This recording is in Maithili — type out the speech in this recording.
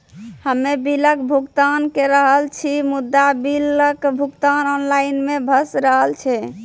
हम्मे बिलक भुगतान के रहल छी मुदा, बिलक भुगतान ऑनलाइन नै भऽ रहल छै?